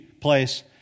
place